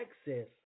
access